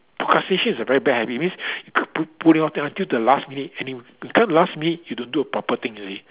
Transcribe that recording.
procrastination is a very bad habit it means you k~ pu~ putting off until the last minute and it becomes the last minute you don't do a proper thing you see